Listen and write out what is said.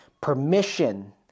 permission